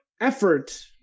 effort